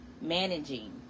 managing